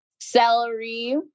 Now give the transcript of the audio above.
celery